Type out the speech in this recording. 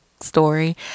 story